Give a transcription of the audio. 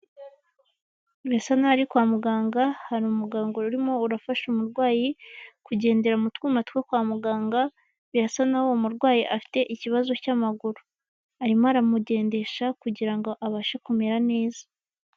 Birasa naho ari kwa muganga, hari umuganga rurimo urafasha umurwayi kugendera mu tuwuma two kwa muganga, birasa naho uwo murwayi afite ikibazo cy'amaguru, arimo aramugendesha kugira ngo abashe kumera neza.